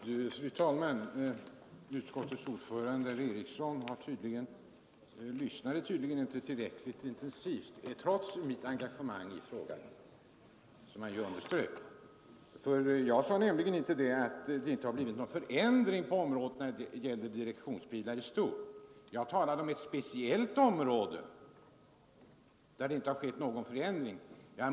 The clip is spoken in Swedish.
Fru talman! Utskottets ordförande, herr Eriksson i Arvika, lyssnade tydligen inte tillräckligt intensivt, trots herr Erikssons uppfattning om mitt engagemang i frågan. Jag talade om ett speciellt område där det inte har skett någon förändring.